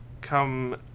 come